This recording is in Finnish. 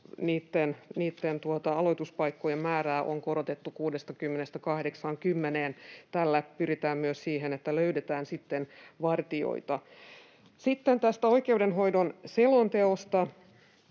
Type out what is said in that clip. ja aloituspaikkojen määrää on korotettu 60:stä 80:een. Tällä pyritään myös siihen, että löydetään vartijoita. Oikeudenhoidon selonteosta